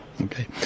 Okay